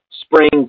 spring